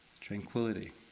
tranquility